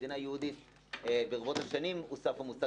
"מדינה יהודית" ורק ברבות השנים הוסף המושג